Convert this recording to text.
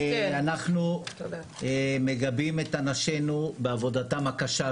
אנחנו מגבים את אנשינו בעבודתם הקשה.